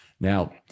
Now